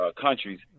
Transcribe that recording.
countries